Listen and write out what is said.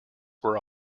were